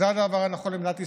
זה הדבר הנכון למדינת ישראל.